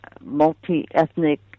multi-ethnic